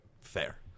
fair